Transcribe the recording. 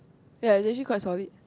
ye legit quite solid